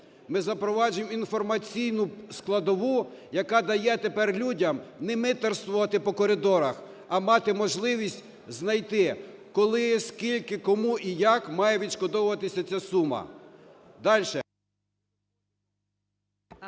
ми запроваджуємо інформаційну складову, яка дає тепер людям не митарствувати по коридорах, а мати можливість знайти, коли, скільки, кому і як має відшкодовуватися ця сума. Дальше…